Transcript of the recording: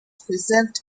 preserved